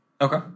Okay